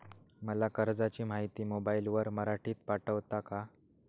मला कर्जाची माहिती मोबाईलवर मराठीत पाठवता का?